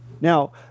Now